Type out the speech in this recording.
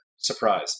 Surprise